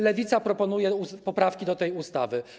Lewica proponuje poprawki do tej ustawy.